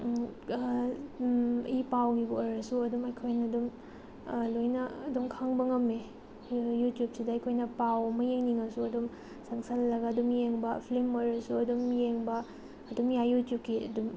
E ꯄꯥꯎꯒꯤꯕꯨ ꯑꯣꯏꯔꯁꯨ ꯑꯗꯨꯝ ꯑꯩꯈꯣꯏꯅ ꯑꯗꯨꯝ ꯂꯣꯏꯅ ꯑꯗꯨꯝ ꯈꯪꯕ ꯉꯝꯏ ꯌꯨꯇ꯭ꯌꯨꯕꯁꯤꯗ ꯑꯩꯈꯣꯏꯅ ꯄꯥꯎ ꯑꯃ ꯌꯦꯡꯅꯤꯡꯂꯁꯨ ꯑꯗꯨꯝ ꯆꯪꯁꯤꯜꯂꯒ ꯑꯗꯨꯝ ꯌꯦꯡꯕ ꯐꯤꯂꯝ ꯑꯣꯏꯔꯁꯨ ꯑꯗꯨꯝ ꯌꯦꯡꯕ ꯑꯗꯨꯝ ꯌꯥꯏ ꯌꯨꯇ꯭ꯌꯨꯕꯀꯤ ꯑꯗꯨꯝ